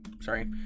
sorry